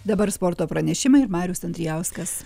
dabar sporto pranešimai ir marius andrijauskas